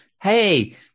Hey